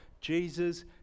Jesus